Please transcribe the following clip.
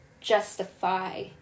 justify